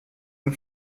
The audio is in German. den